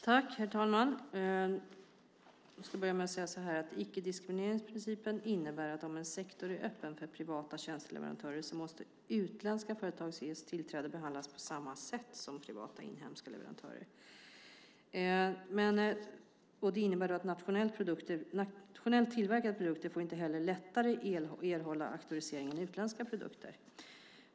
Herr talman! Jag ska börja med att säga att icke-diskrimineringsprincipen innebär att om en sektor är öppen för privata tjänsteleverantörer måste utländska företag ges tillträde och behandlas på samma sätt som privata inhemska leverantörer. Det innebär att nationellt tillverkade produkter inte heller får erhålla auktorisering lättare än utländska produkter.